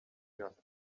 just